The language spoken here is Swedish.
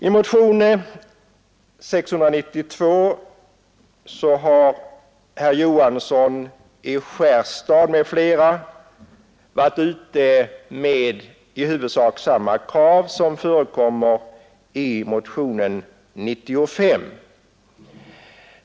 I motionen 692 har herr Johansson i Skärstad m.fl. framfört i huvudsak samma krav som förekommer i motionen 95.